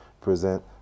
present